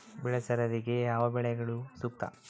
ಬೆಳೆ ಸರದಿಗೆ ಯಾವ ಬೆಳೆಗಳು ಸೂಕ್ತ?